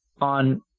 on